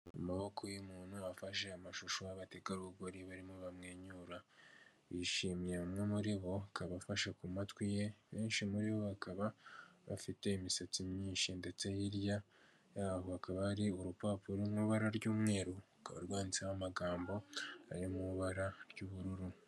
Mu Rwanda hari utubari tugiye dutandukanye twinshi, utubari two mu Rwanda dukomeje guterimbere bitewe na serivise nziza tugenda dutanga, ahangaha hari intebe nziza abaturage bashobora kuba bakwicaramo ushobora kuba wasohokana n'abawe ndetse mukahagirira ibihe byiza kuko bababafite ibinyobwa bitandukanye.